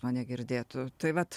mane girdėtų tai vat